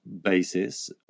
basis